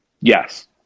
Yes